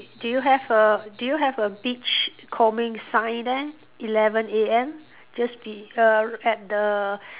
do you have a do you have a beach combing sign there eleven A_M just be~ err at the